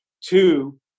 Two